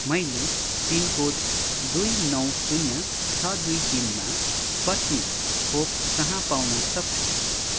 मैले पिनकोड दुई नौ शून्य छ दुई तिनमा स्पत्निक खोप कहाँ पाउन सक्छु